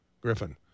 Griffin